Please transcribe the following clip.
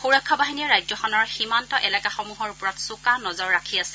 সুৰক্ষা বাহিনীয়ে ৰাজ্যখনৰ সীমান্ত এলেকাসমূহৰ ওপৰত চোকা নজৰ ৰাখি আছে